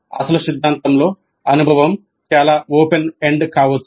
అసలు సిద్ధాంతంలో అనుభవం చాలా ఓపెన్ ఎండ్ కావచ్చు